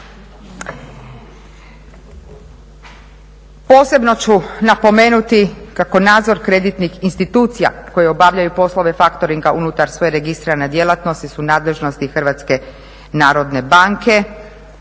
Posebno ću napomenuti kako nadzor kreditnih institucija koje obavljaju poslove faktoringa unutar svoje registrirane djelatnosti su nadležnosti Hrvatska narodne banke